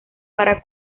para